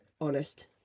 honest